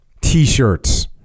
T-shirts